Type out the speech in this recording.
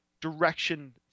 direction